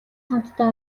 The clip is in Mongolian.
хамтдаа